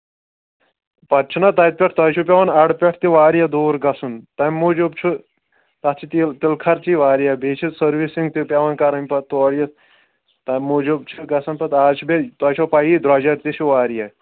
پَتہٕ چھُنا تَتہِ پٮ۪ٹھ تۄہہِ چھُ پٮ۪وَان اَڑٕ پٮ۪ٹھ تہِ واریاہ دوٗر گژھُن تَمہِ موٗجوٗب چھُ تَتھ چھِ تیٖل تِلہٕ خرچہٕ واریاہ بیٚیہِ چھِ سٔروِسِنٛگ تہِ پٮ۪وَان کَرٕنۍ پَتہٕ تورٕ یِتھ تَمہِ موٗجوٗب چھِ گژھن پَتہٕ آز چھُ بیٚیہِ تۄہہِ چھو پَیی درٛوجر تہِ چھُ واریاہ